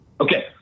Okay